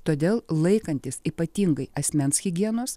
todėl laikantis ypatingai asmens higienos